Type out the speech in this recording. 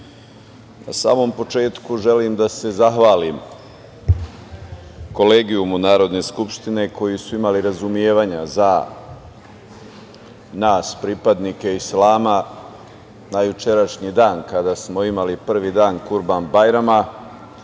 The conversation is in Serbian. na samom početku želim da se zahvalim Kolegijumu Narodne skupštine, koji su imali razumevanja za nas, pripadnike Islama, na jučerašnji dan, kada smo imali prvi dan Kurban-bajrama